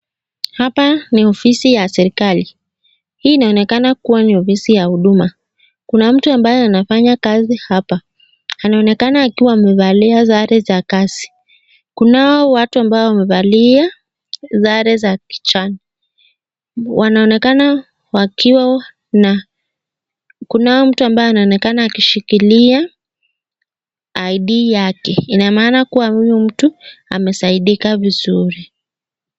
Hapa ni ofisi ya serikali. Hii inaonekana kuwa ni ofisi ya huduma. Kuna mtu ambaye anafanya kazi hapa. Anaonekana akiwa amevalia sare za kazi. Kunao watu ambao wamevalia sare za kijani. Kuna mtu ambaye anaonekana akishikilia ID yake. Ina maana kuwa huyu mtu amesaidika vizuri.